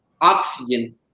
oxygen